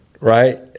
right